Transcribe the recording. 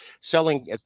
selling